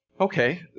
Okay